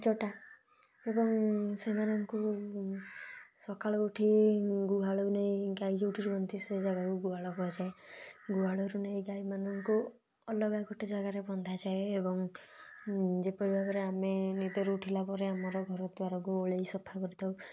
ପାଞ୍ଚଟା ଏବଂ ସେମାନଙ୍କୁ ସକାଳୁ ଉଠି ଗୁହାଳକୁ ନେଇ ଗାଈ ଯେଉଁଠି ରୁହନ୍ତି ସେ ଜାଗାକୁ ଗୁହାଳ କୁହାଯାଏ ଗୁହାଳରୁ ନେଇ ଗାଈମାନଙ୍କୁ ଅଲଗା ଗୋଟେ ଜାଗାରେ ବନ୍ଧା ଯାଏ ଏବଂ ଯେପରି ଭାବରେ ଆମେ ନିଦରୁ ଉଠିଲା ପରେ ଆମର ଘର ଦ୍ୱାରକୁ ଓଳେଇ ସଫା କରିଥାଉ